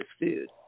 food